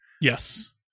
Yes